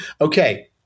Okay